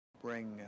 Bring